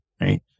right